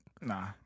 Nah